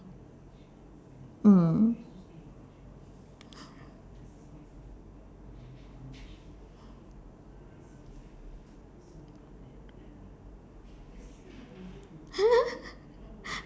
mm